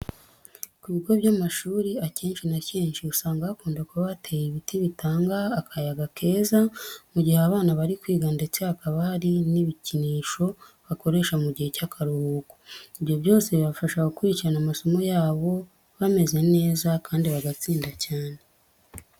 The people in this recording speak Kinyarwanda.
Ku bigo by'amashuri akenshi na kenshi usanga hakunda kuba hateye ibiti bitanga akayaga keza mu gihe abana bari kwiga ndetse hakaba hari n'ibikinisho bakoresha mu gihe cy'akaruhuko. Ibyo byose bibafasha gukurikira amasomo yabo bameze neza kandi bagatsinda cyane.